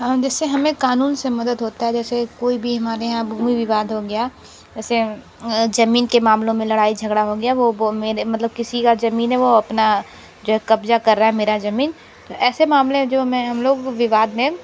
हम जैसे हमें कानून से मदद होता है जैसे कोई भी हमारे यहाँ भूमि विवाद हो गया ऐसे जमीन के मामलों में लड़ाई झगड़ा हो गया वो वो मेरे मतलब किसी का जमीन है वो अपना जो है कब्जा कर रहा है मेरा जमीन तो ऐसे मामले हैं जो मैं हम लोग विवाद में